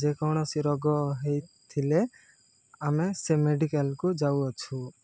ଯେକୌଣସି ରୋଗ ହେଇଥିଲେ ଆମେ ସେ ମେଡ଼ିକାଲ୍କୁ ଯାଉଅଛୁ